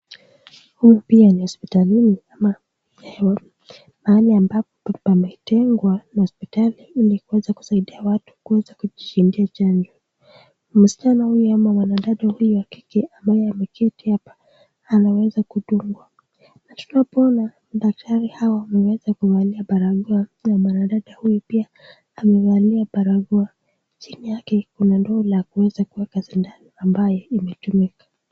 Huu pia ni Hospitalini ama mahali ambapo pameitengwa na hapa Msichana huyu ama mwanadada huyu wa kike ambaye ameketi anaweza kudungwa. Na tunapoona madaktari hawa wameweza kuvalia barakoa na mwanadada huyu pia amevalia barakoa. Chini yake kuna ndoo la kuweza kuweka sindano ambayo imetumika. hospitali ili kuweza kusaidia watu kuweza kujishindia chanjo.